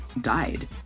died